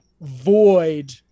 void